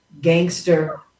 Gangster